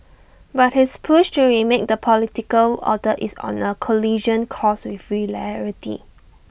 but his push to remake the political order is on A collision course with reality